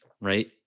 right